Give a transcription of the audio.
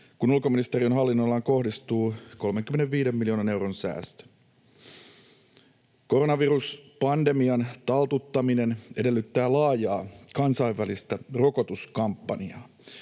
kun ulkoministeriön hallinnon-alaan kohdistuu 35 miljoonan euron säästö. Koronaviruspandemian taltuttaminen edellyttää laajaa kansainvälistä rokotuskampanjaa.